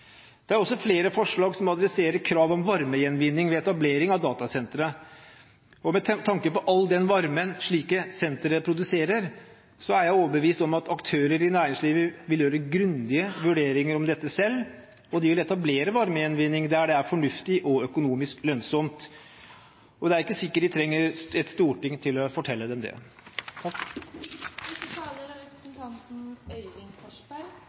Det er også flere forslag som adresserer krav om varmegjenvinning ved etablering av datasentre. Med tanke på all den varmen slike sentre produserer, er jeg overbevist om at aktører i næringslivet vil gjøre grundige vurderinger av dette selv. De vil etablere varmegjenvinning der det er fornuftig og økonomisk lønnsomt, og det er ikke sikkert de trenger et storting til å fortelle dem det.